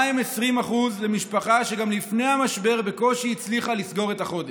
מה הם 20% למשפחה שגם לפני המשבר בקושי הצליחה לסגור את החודש.